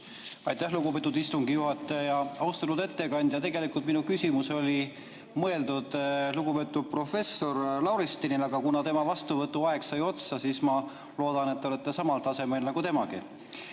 Aitäh, lugupeetud istungi juhataja! Austatud ettekandja! Tegelikult oli minu küsimus mõeldud lugupeetud professor Lauristinile, aga kuna tema vastuvõtuaeg sai otsa, siis ma loodan, et te olete samal tasemel nagu temagi.